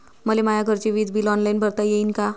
मले माया घरचे विज बिल ऑनलाईन भरता येईन का?